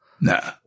Nah